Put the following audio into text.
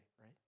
right